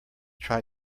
try